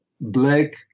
black